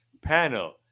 panel